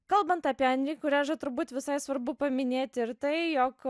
kalbant apie anri kurežą turbūt visai svarbu paminėti ir tai jog